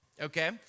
okay